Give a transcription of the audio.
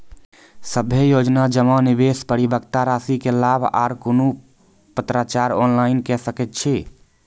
सभे योजना जमा, निवेश, परिपक्वता रासि के लाभ आर कुनू पत्राचार ऑनलाइन के सकैत छी?